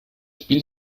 spiel